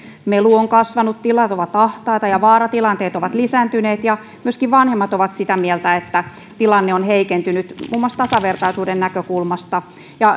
melu on kasvanut tilat ovat ahtaita ja vaaratilanteet ovat lisääntyneet ja myöskin vanhemmat ovat sitä mieltä että tilanne on heikentynyt muun muassa tasavertaisuuden näkökulmasta ja